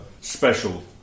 special